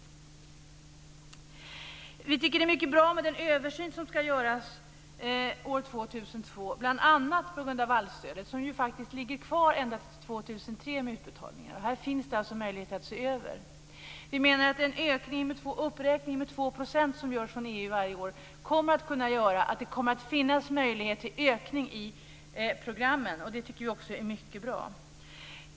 Vi tycker att det är mycket bra med den översyn som ska göras år 2002 bl.a. på grund av vallstödet, som faktiskt ligger kvar till 2003 med utbetalningar. Här finns det alltså möjligheter att se över detta. Den uppräkning med 2 % som görs av EU varje år kommer att innebära att det finns en möjlighet till en ökning i programmen. Det tycker vi också är mycket bra.